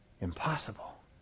Impossible